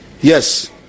Yes